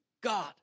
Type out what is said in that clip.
God